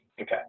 Okay